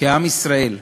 כעם ישראל,